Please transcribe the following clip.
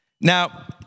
Now